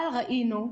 אבל ראינו,